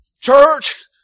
Church